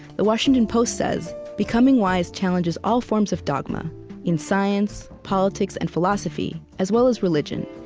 the washington post says becoming wise challenges all forms of dogma in science, politics, and philosophy, as well as religion,